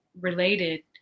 related